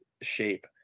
shape